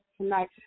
tonight